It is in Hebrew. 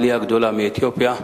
עם העלייה הגדולה מאתיופיה,